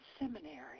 seminary